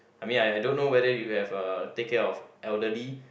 I mean I don't know whether you have uh take care of elderly